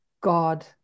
God